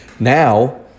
Now